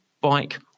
bike